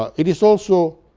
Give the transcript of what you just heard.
ah it is also,